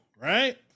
right